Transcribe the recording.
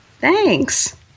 Thanks